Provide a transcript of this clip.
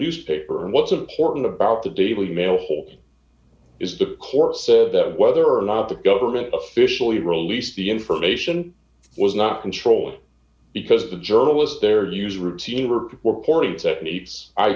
newspaper and what's important about the daily mail a whole is the court said that whether or not the government officially released the information was not controlling because the journalists their usual routine were for porting techniques i